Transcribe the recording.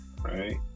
right